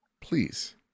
please